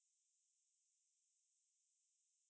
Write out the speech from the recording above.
like you know after your work shift is over